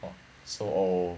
!wah! so old